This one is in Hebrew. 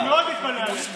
אני מאוד מתפלא עליך.